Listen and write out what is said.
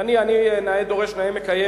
ואני, אני נאה דורש, נאה מקיים.